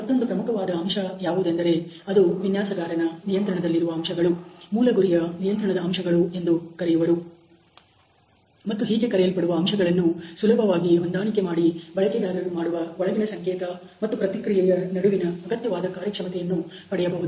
ಮತ್ತೊಂದು ಮುಖ್ಯವಾದ ಅಂಶ ಯಾವುದೆಂದರೆ ಅದು ವಿನ್ಯಾಸಗಾರನ ನಿಯಂತ್ರಣದಲ್ಲಿರುವ ಅಂಶಗಳು ಮೂಲ ಗುರಿಯ ನಿಯಂತ್ರಣದ ಅಂಶಗಳು ಎಂದು ಕರೆಯುವರು ಮತ್ತು ಹೀಗೆ ಕರೆಯಲ್ಪಡುವ ಅಂಶಗಳನ್ನು ಸುಲಭವಾಗಿ ಹೊಂದಾಣಿಕೆ ಮಾಡಿ ಬಳಕೆದಾರರ ಮಾಡುವ ಒಳಗಿನ ಸಂಕೇತ ಮತ್ತು ಪ್ರತಿಕ್ರಿಯೆಯ ನಡುವಿನ ಅಗತ್ಯವಾದ ಕಾರ್ಯಕ್ಷಮತೆಯನ್ನುಪಡೆಯಬಹುದು